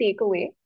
takeaway